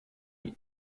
die